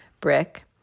brick